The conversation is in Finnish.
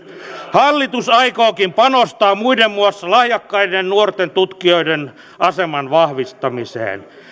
hallitus aikookin panostaa muiden muassa lahjakkaiden nuorten tutkijoiden aseman vahvistamiseen